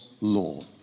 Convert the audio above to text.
law